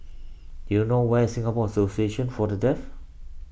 do you know where is Singapore Association for the Deaf